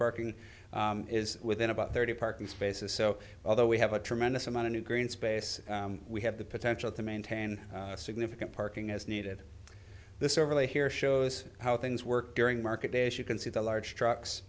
parking is within about thirty parking spaces so although we have a tremendous amount of new green space we have the potential to maintain significant parking as needed this overlay here shows how things work during market days you can see the large trucks